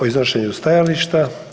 o iznošenju stajališta.